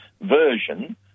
version